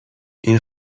این